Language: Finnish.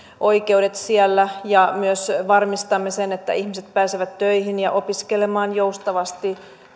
oikeudet siellä ja myös varmistamme sen että ihmiset pääsevät töihin ja opiskelemaan joustavasti